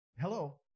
Hello